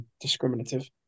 discriminative